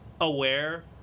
aware